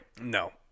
No